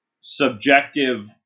subjective